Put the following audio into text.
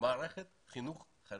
מערכת חינוך חרדית.